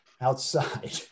outside